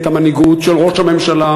את המנהיגות של ראש הממשלה,